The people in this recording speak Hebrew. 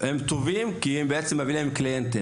רופאים טובים כי הם מביאים להם מבוטחים.